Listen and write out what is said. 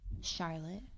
Charlotte